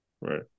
Right